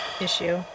issue